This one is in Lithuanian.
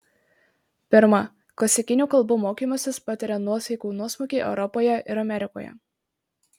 pirma klasikinių kalbų mokymasis patiria nuosaikų nuosmukį europoje ir amerikoje